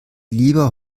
lieber